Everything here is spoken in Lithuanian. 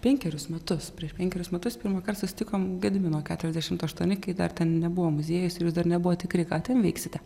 penkerius metus prieš penkerius metus pirmąkart susitikom gedimino keturiasdešimt aštuoni kai dar ten nebuvo muziejus ir jūs dar nebuvot tikri ką ten veiksite